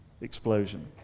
explosion